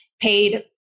paid